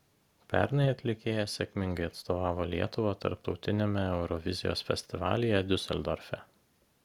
pernai atlikėja sėkmingai atstovavo lietuvą tarptautiniame eurovizijos festivalyje diuseldorfe